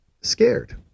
scared